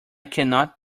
cannot